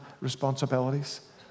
responsibilities